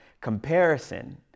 Comparison